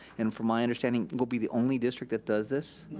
and from my understanding, will be the only district that does this.